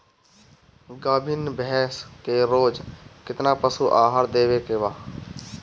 गाभीन भैंस के रोज कितना पशु आहार देवे के बा?